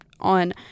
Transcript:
On